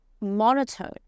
monotone